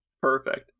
perfect